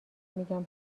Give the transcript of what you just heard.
میگن